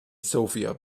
sophia